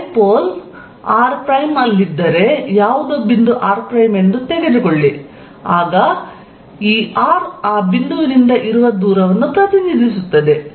dipole r prime ಅಲ್ಲಿದ್ದರೆ ಯಾವುದೊ ಬಿಂದು r ಎಂದು ಹೇಳೋಣ ಆಗ ಈ r ಆ ಬಿಂದುವಿನಿಂದ ಇರುವ ದೂರವನ್ನು ಪ್ರತಿನಿಧಿಸುತ್ತದೆ